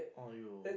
!aiyo!